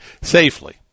safely